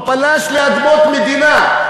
הוא פלש לאדמות מדינה,